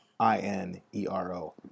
I-N-E-R-O